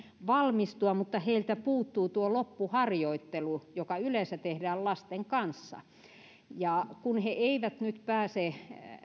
valmistua mutta heiltä puuttuu tuo loppuharjoittelu joka yleensä tehdään lasten kanssa kun he eivät nyt pääse